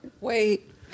wait